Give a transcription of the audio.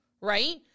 right